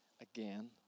again